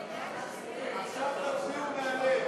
עכשיו תצביעו מהלב.